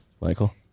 Michael